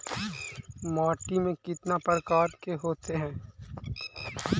माटी में कितना प्रकार के होते हैं?